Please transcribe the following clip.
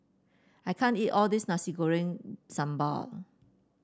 I can't eat all this Nasi Goreng Sambal